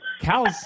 cows